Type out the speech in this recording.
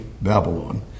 Babylon